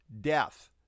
death